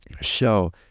show